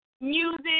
music